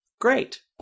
great